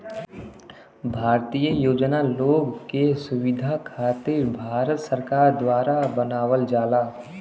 भारतीय योजना लोग के सुविधा खातिर भारत सरकार द्वारा बनावल जाला